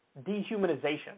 dehumanization